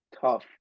tough